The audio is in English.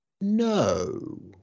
No